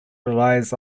relies